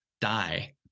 die